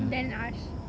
damn arse